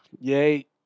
yay